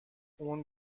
اون